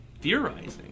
theorizing